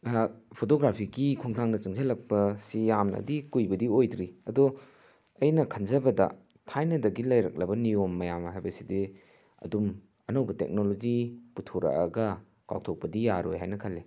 ꯑꯩꯍꯥꯛ ꯐꯣꯇꯣꯒ꯭ꯔꯥꯐꯤꯒꯤ ꯈꯣꯡꯊꯥꯡꯗ ꯆꯪꯁꯤꯜꯂꯛꯄ ꯁꯤ ꯌꯥꯝꯅꯗꯤ ꯀꯨꯏꯕꯗꯤ ꯑꯣꯏꯗ꯭ꯔꯤ ꯑꯗꯣ ꯑꯩꯅ ꯈꯟꯖꯕꯗ ꯊꯥꯏꯅꯗꯒꯤ ꯂꯩꯔꯛꯂꯕ ꯅꯤꯌꯣꯝ ꯃꯌꯥꯝ ꯍꯥꯏꯕꯁꯤꯗꯤ ꯑꯗꯨꯝ ꯑꯅꯧꯕ ꯇꯦꯛꯅꯣꯂꯣꯖꯤ ꯄꯨꯊꯣꯔꯛꯑꯒ ꯀꯥꯎꯊꯣꯛꯄꯗꯤ ꯌꯥꯔꯣꯏ ꯍꯥꯏꯅ ꯈꯜꯂꯦ